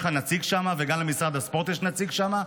יש לך נציג שם וגם למשרד הספורט יש נציג שם,